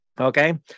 okay